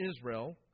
Israel